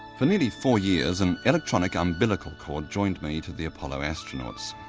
for nearly four years an electronic umbilical cord joined me to the apollo astronauts.